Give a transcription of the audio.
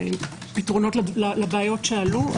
ופתרונות לבעיות שעלו,